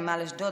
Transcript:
נמל אשדוד,